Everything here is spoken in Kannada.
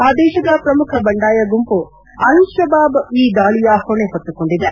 ಆ ದೇಶದ ಪ್ರಮುಖ ಬಂಡಾಯ ಗುಂಪು ಅಲ್ ತಬಾಬ್ ಈ ದಾಳಿಯ ಹೊಣೆ ಹೊತ್ತುಕೊಂಡಿದೆ